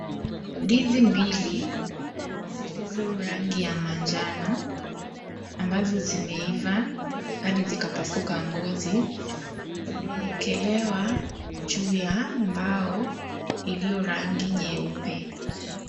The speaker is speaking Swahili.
Ndizi mbili zilizo rangi ya manjano amabzo zimeiva hadi zikapasuka ngozi zimeekelewa juu ya mbao iliyo rangi nyeupe.